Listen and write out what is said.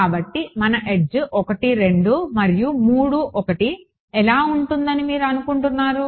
కాబట్టి మన ఎడ్జ్ 1 2 మరియు 3 1 ఎలా ఉంటుందని మీరు అనుకుంటున్నారు